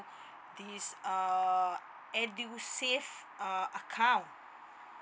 this err edusave uh account